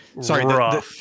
sorry